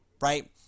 right